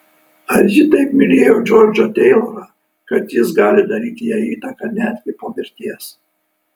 ar ji taip mylėjo džordžą teilorą kad jis gali daryti jai įtaką netgi po mirties